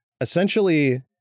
essentially